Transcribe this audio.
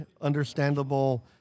understandable